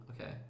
okay